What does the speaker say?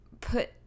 put